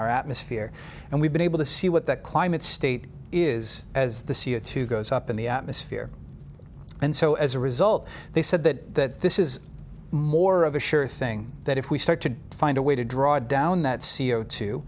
our atmosphere and we've been able to see what the climate state is as the c o two goes up in the atmosphere and so as a result they said that this is more of a sure thing that if we start to find a way to draw down that c o two